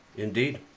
Indeed